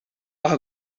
maith